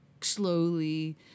slowly